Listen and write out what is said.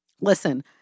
Listen